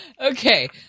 okay